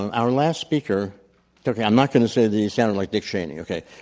and our last speaker okay, i'm not going to say that you sounded like dick cheney, okay?